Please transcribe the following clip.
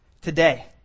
today